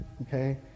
Okay